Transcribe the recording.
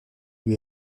lui